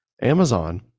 Amazon